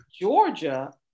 Georgia